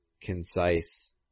concise